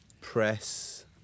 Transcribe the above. press